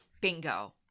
Bingo